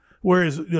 Whereas